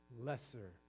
lesser